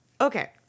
Okay